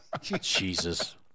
Jesus